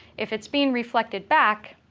if it's being reflected back,